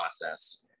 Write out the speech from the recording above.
process